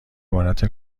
عبارت